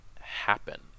happen